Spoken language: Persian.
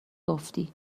گفتی